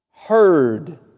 Heard